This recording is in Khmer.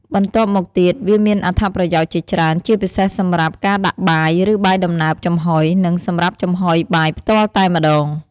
បន្ទាប់មកទៀតវាមានអត្ថប្រយោជន៍ជាច្រើន ជាពិសេសសម្រាប់ការដាក់បាយ ឬបាយដំណើបចំហុយ និងសម្រាប់ចំហុយបាយផ្ទាល់តែម្ដង។